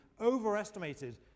overestimated